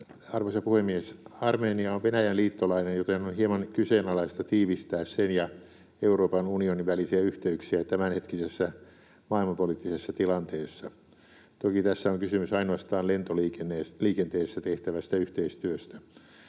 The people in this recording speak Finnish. Arvoisa puhemies! Armenia on Venäjän liittolainen, joten on hieman kyseenalaista tiivistää sen ja Euroopan unionin välisiä yhteyksiä tämänhetkisessä maailmanpoliittisessa tilanteessa. Toki tässä on kysymys ainoastaan lentoliikenteessä tehtävästä yhteistyöstä.